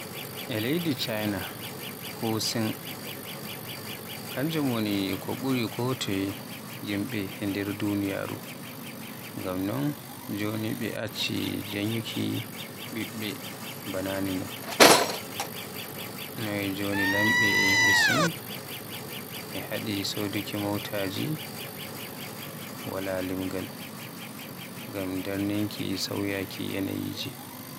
Leydi chinako Sin kanjum woni to ɓuri ko toye yimbe e nder duniyaaru, ngam non, joni ɓe acci danyuki ɓiɓɓe ba naane no. No joni lamɓe e Sin e hadi suduki motaaji wala limgal. Ngam darninki sauyaki yanayi je.